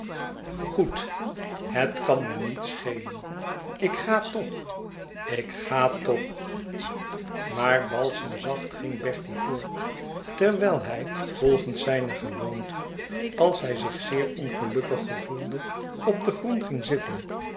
goed het kan me niet schelen ik ga toch ik ga toch maar balsemzacht ging bertie voort terwijl hij volgens zijne gewoonte als hij zich zeer ongelukkig gevoelde op den grond ging zitten